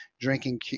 drinking